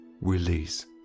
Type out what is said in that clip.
release